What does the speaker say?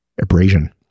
abrasion